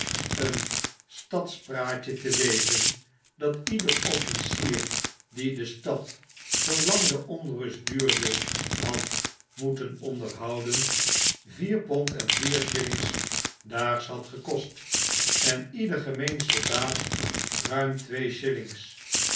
een stadspraatje te wezen dat ieder officier dien de stad zoolang de onrust duurde had moeten onderhouden vier pond en vier shillings daags had gekost en ieder gemeen soldaat ruim twee shillings